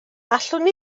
allwn